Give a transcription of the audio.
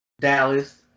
Dallas